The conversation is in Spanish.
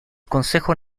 consejo